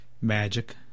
magic